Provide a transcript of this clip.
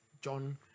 john